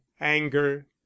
anger